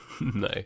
No